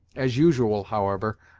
as usual, however,